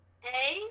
Hey